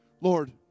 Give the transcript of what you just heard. Lord